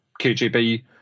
KGB